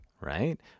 right